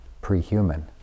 pre-human